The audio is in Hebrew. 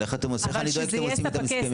אבל איך אני דואג שאתם עושים איתם הסכמים?